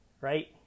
right